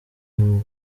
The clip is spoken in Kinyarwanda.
emu